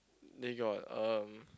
they got um